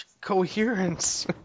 Coherence